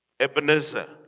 Ebenezer